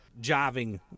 jiving